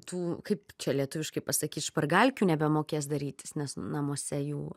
tu kaip čia lietuviškai pasakyti špargalkių nebemokės darytis nes namuose jų